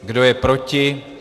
Kdo je proti?